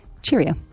Cheerio